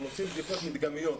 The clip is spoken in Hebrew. אנחנו עושים בדיקות מדגמיות.